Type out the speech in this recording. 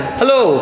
hello